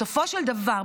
בסופו של דבר,